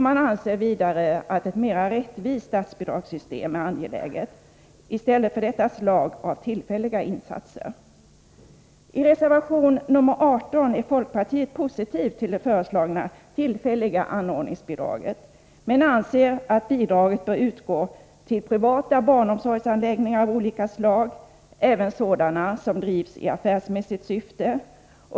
Man anser vidare att ett mera rättvist statsbidragssystem är angeläget, i stället för detta slag av tillfälliga insatser. I reservation nr 18 är folkpartiet positivt till det föreslagna tillfälliga anordningsbidraget men anser att bidraget bör utgå till privata barnomsorgsanläggningar av olika slag, även sådana som drivs i affärsmässigt syfte.